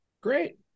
Great